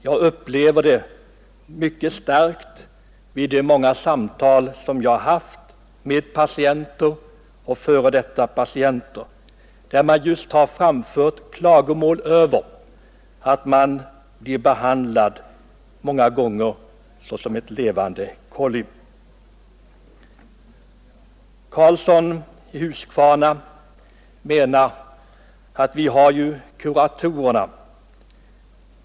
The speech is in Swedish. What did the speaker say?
Jag har upplevt det mycket starkt vid de många samtal som jag har haft med patienter och f.d. patienter, där man just har framfört klagomål över att man många gånger blir behandlad såsom ett levande kolli. Herr Karlsson menar att vi har ju kuratorerna.